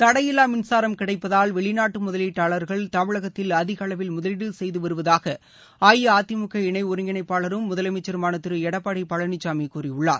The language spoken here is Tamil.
தடையில்லா மின்சாரம் கிடைப்பதால் வெளிநாட்டு முதலீட்டாளர்கள் தமிழகத்தில் அதிக அளவில் முதலீடு செய்து வருவதாக அஇஅதிமுக இணை ஒருங்கிணைப்பாளரும் முதலமைச்சருமானதிரு எடப்பாடி பழனிசாமி கூறியுள்ளார்